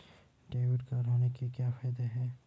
Debit card होने के क्या फायदे हैं?